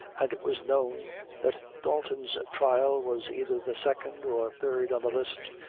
and it was known that dalton's trial was either the second or third on the list,